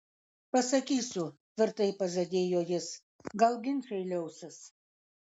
pasakysiu tvirtai pažadėjo jis gal ginčai liausis